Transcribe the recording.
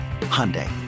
Hyundai